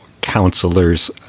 counselors